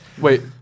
Wait